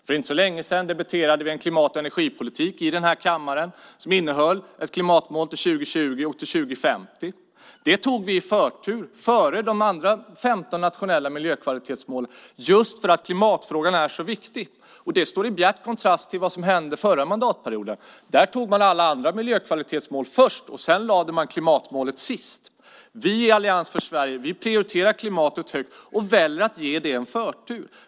För inte så länge sedan debatterade vi en klimat och energipolitik i den här kammaren som innehöll ett klimatmål för 2020 och 2050. Det gav vi förtur före de andra 15 nationella miljökvalitetsmålen just för att klimatfrågan är så viktig. Det står i bjärt kontrast till vad som hände förra mandatperioden. Då tog man alla andra miljökvalitetsmål först och lade klimatmålet sist. Vi i Allians för Sverige prioriterar klimatet högt och väljer att ge det förtur.